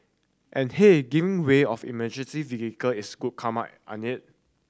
and hey giving way of emergency vehicle is good karma ain't it